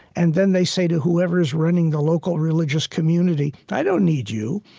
and then they say to whoever's running the local religious community, i don't need you.